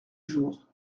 jour